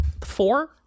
four